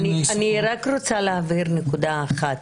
אני רק רוצה להבהיר נקודה אחת,